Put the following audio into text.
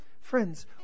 Friends